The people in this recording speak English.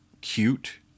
cute